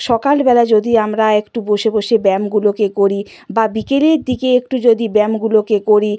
সকালবেলা যদি আমরা একটু বসে বসে ব্যায়ামগুলোকে করি বা বিকেলের দিকে একটু যদি ব্যায়ামগুলোকে করি